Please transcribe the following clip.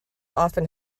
often